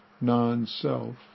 non-self